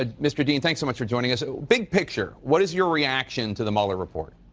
ah mr. dean, thanks so much for joining us. big picture. what is your reaction to the mueller report?